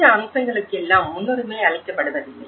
இந்த அம்சங்களுக்கெல்லாம் முன்னுரிமை அளிக்கப்படுவதில்லை